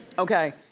okay,